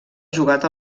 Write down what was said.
jugat